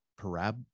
parab